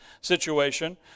situation